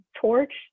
torch